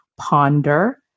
ponder